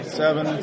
seven